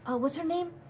ah what's her name?